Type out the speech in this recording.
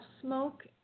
smoke